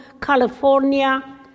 California